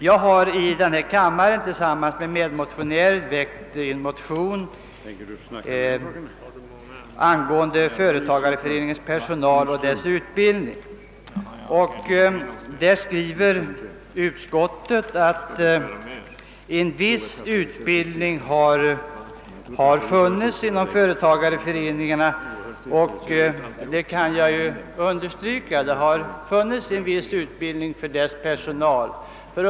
Jag har i denna kammare tillsammans med medmotionärer väckt en motion angående utbildning av företagareföreningarnas personal. Om den saken skriver utskottet att »viss» utbildning har förekommit inom företagareföreningarna, och det kan jag understryka. Det har förekommit en viss utbildning för deras personal men av ringa omfattning.